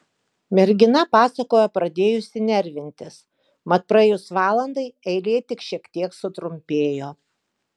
mergina pasakojo pradėjusi nervintis mat praėjus valandai eilė tik šiek tiek sutrumpėjo